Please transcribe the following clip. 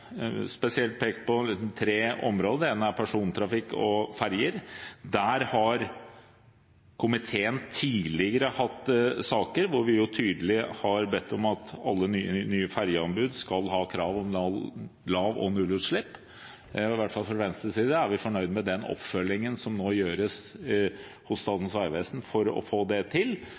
pekt på spesielt tre områder. Det ene er persontrafikk og ferjer. Der har komiteen tidligere hatt saker hvor vi tydelig har bedt om at alle nye ferjeanbud skal ha krav om lav- og nullutslipp. Vi er i hvert fall fra Venstres side fornøyd med den oppfølgingen som nå gjøres hos Statens vegvesen for å få det til.